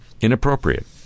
inappropriate